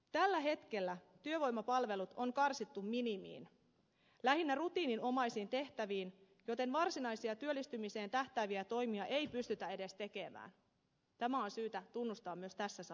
tällä hetkellä työvoimapalvelut on karsittu minimiin lähinnä rutiininomaisiin tehtäviin joten varsinaisia työllistymiseen tähtääviä toimia ei pystytä edes tekemään tämä on syytä tunnustaa myös tässä salissa